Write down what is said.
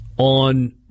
on